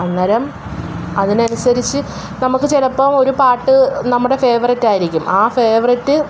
അന്നേരം അതിനനുസരിച്ച് നമുക്ക് ചിലപ്പോള് ഒരു പാട്ട് നമ്മടെ ഫേവറേറ്റ് ആയിരിക്കും ആ ഫേവറേറ്റ്